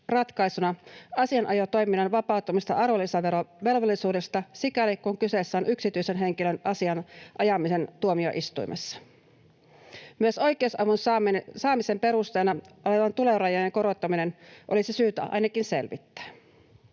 ratkaisuna asianajotoiminnan vapauttamista arvonlisäverovelvollisuudesta, sikäli kuin kyseessä on yksityisen henkilön asian ajaminen tuomioistuimessa. Myös oikeusavun saamisen perusteena olevien tulorajojen korottaminen olisi syytä ainakin selvittää.